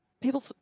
people